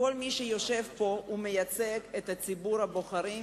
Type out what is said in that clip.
כל מי שיושב פה, מייצג את ציבור הבוחרים,